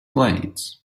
blades